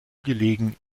gelegen